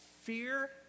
fear